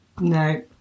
No